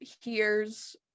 hears